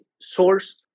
source